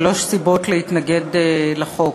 שלוש סיבות להתנגד לחוק: